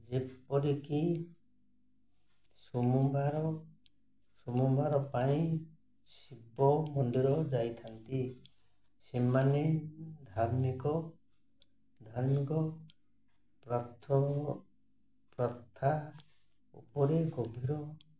ଯେପରିକି ସୋମବାର ସୋମବାର ପାଇଁ ଶିବ ମନ୍ଦିର ଯାଇଥାନ୍ତି ସେମାନେ ଧାର୍ମିକ ଧାର୍ମିକ ପ୍ରଥା ଉପରେ ଗଭୀର